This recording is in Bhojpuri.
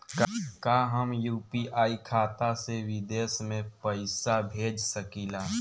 का हम यू.पी.आई खाता से विदेश में पइसा भेज सकिला?